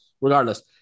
regardless